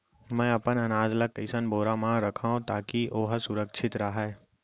मैं अपन अनाज ला कइसन बोरा म रखव ताकी ओहा सुरक्षित राहय?